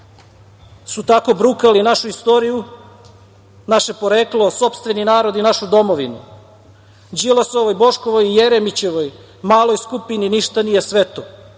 su tako obrukali našu istoriju, naše poreklo, sopstveni narod i našu domovinu. Đilasovoj, Boškovoj i Jeremićevoj maloj skupini ništa nije sveto